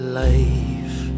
life